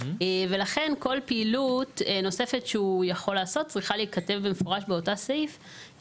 ולכן כל פעילות נוספת שהוא יכול לעשות צריכה להיכתב במפורש באותו סעיף,